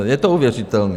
Je to uvěřitelné.